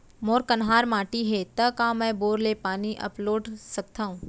मोर कन्हार माटी हे, त का मैं बोर ले पानी अपलोड सकथव?